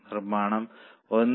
നിർമ്മാണം 1